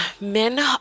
men